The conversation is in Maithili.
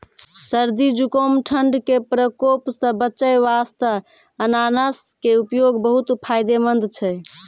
सर्दी, जुकाम, ठंड के प्रकोप सॅ बचै वास्तॅ अनानस के उपयोग बहुत फायदेमंद छै